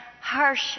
harsh